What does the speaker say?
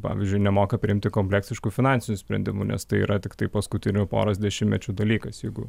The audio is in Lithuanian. pavyzdžiui nemoka priimti kompleksiškų finansinių sprendimų nes tai yra tiktai paskutinių poros dešimtmečių dalykas jeigu